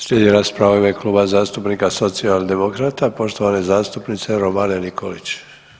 Slijedi rasprava u ime Kluba zastupnika Socijaldemokrata poštovane zastupnice Romane Nikolić.